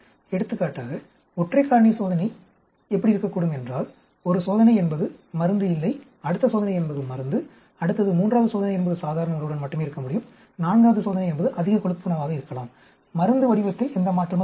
எடுத்துக்காட்டாக ஒற்றை காரணி சோதனை எப்படி இருக்கக்கூடும் என்றால் ஒரு சோதனை என்பது மருந்து இல்லை அடுத்த சோதனை என்பது மருந்து அடுத்தது மூன்றாவது சோதனை என்பது சாதாரண உணவுடன் மட்டுமே இருக்க முடியும் நான்காவது சோதனை என்பது அதிக கொழுப்பு உணவாக இருக்கலாம் மருந்து வடிவத்தில் எந்த மாற்றமும் இல்லை